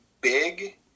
big